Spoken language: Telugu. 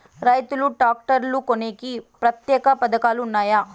రైతులు ట్రాక్టర్లు కొనేకి ప్రత్యేక పథకాలు ఉన్నాయా?